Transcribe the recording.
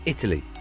Italy